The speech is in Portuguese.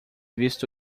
visto